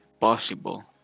possible